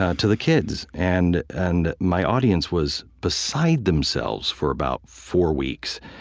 ah to the kids. and and my audience was beside themselves for about four weeks.